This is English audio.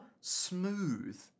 smooth